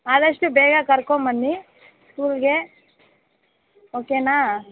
ಆದಷ್ಟು ಬೇಗ ಕರ್ಕೊಂಡ್ಬನ್ನಿ ಸ್ಕೂಲ್ಗೆ ಓಕೆನಾ